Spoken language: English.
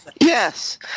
Yes